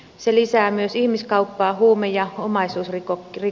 se lisää myös ihmiskauppaa huume ja omaisuusrikollisuutta